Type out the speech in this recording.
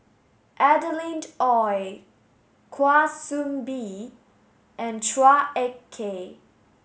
Adeline Ooi Kwa Soon Bee and Chua Ek Kay